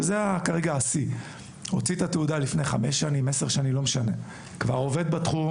שזה השיא, כרגע שכבר עובד בתחום.